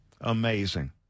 Amazing